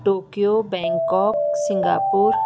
Tokyo Bangkok Singapore